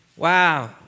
Wow